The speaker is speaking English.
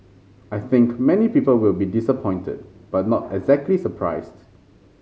I think many people will be disappointed but not exactly surprised